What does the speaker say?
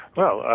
well,